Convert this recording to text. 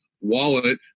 wallet